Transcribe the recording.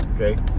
Okay